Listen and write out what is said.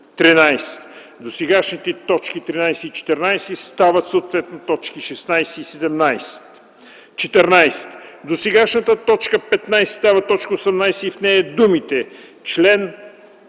13. Досегашните т. 13 и 14 стават съответно т. 16 и 17. 14. Досегашната т. 15 става т. 18 и в нея думите